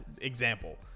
example